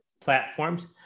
platforms